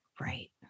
Right